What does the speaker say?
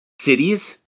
cities